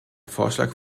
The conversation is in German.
vorschlag